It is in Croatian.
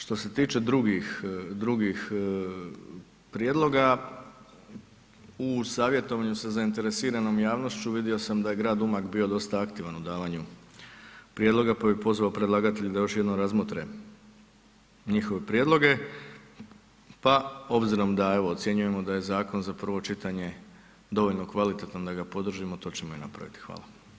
Što se tiče drugih prijedloga, u savjetovanju sa zainteresiranom javnošću vidio sam da je grad Umag bio dosta aktivan u davanju prijedloga, pa bi pozvao predlagatelje da još jednom razmotre njihove prijedloge, pa obzirom da evo ocjenjujemo da je zakon za prvo čitanje dovoljno kvalitetan da ga podržimo, to ćemo i napraviti, hvala.